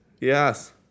Yes